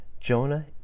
jonah